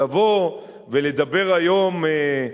לבוא ולדבר היום,